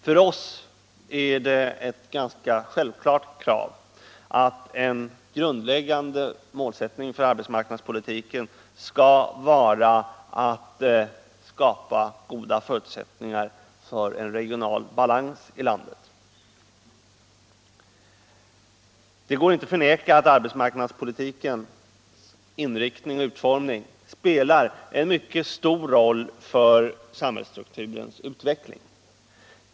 För oss är det ett självklart krav att en grundläggande målsättning för arbetsmarknadspolitiken skall vara att skapa goda förutsättningar för en regional balans i landet. Det går inte att förneka att arbetsmarknadspolitikens inriktning och utformning spelar en mycket stor roll för samhällsstrukturens utveckling.